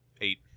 Eight